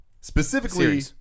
Specifically